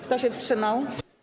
Kto się wstrzymał?